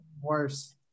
worse